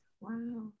Wow